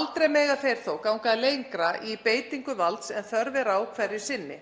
Aldrei mega þeir þó ganga lengra í beitingu valds en þörf er á hverju sinni.